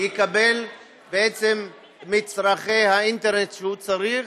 לקבל את מצרכי האינטרנט שהוא צריך.